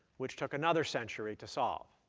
which took another century to solve.